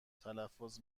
تلفظ